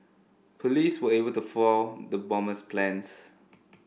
police were able to foil the bomber's plans